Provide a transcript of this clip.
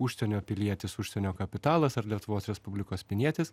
užsienio pilietis užsienio kapitalas ar lietuvos respublikos pilietis